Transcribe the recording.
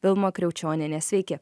vilma kriaučionienė sveiki